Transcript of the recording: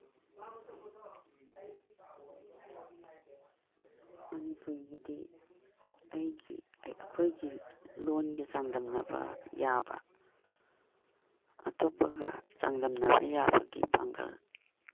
ꯃꯅꯤꯄꯨꯔꯒꯤꯗꯤ ꯑꯩꯒꯤ ꯑꯩꯈꯣꯏꯒꯤ ꯂꯣꯟꯒ ꯆꯥꯡꯗꯝꯅꯕ ꯌꯥꯕ ꯑꯇꯣꯞꯄꯒ ꯆꯥꯡꯗꯝꯅꯕ ꯌꯥꯕꯒꯤ ꯄꯥꯡꯒꯜ